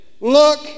Look